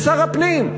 בשר הפנים.